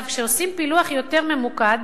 כשעושים פילוח יותר ממוקד,